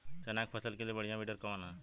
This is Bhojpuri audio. चना के फसल के लिए बढ़ियां विडर कवन ह?